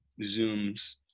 zooms